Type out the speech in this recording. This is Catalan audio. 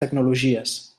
tecnologies